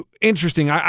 interesting